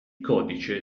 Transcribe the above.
codice